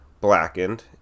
Blackened